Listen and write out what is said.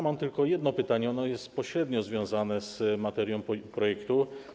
Mam tylko jedno pytanie, ono jest pośrednio związane z materią projektu.